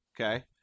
Okay